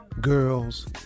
girls